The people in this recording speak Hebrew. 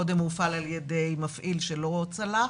קודם הוא הופעל על ידי מפעיל שלא צלח.